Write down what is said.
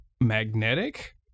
magnetic